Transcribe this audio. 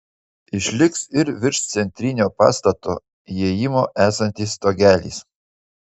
išliks ir virš centrinio pastato įėjimo esantis stogelis